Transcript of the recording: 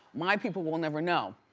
my people will never know.